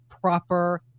proper